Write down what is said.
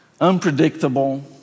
Unpredictable